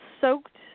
soaked